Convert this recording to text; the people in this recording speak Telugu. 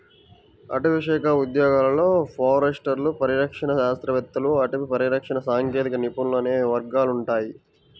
అటవీశాఖ ఉద్యోగాలలో ఫారెస్టర్లు, పరిరక్షణ శాస్త్రవేత్తలు, అటవీ పరిరక్షణ సాంకేతిక నిపుణులు అనే వర్గాలు ఉంటాయి